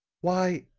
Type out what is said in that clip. why,